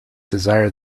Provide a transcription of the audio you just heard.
desire